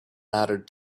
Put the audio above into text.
mattered